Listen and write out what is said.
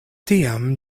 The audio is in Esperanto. tiam